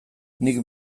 nik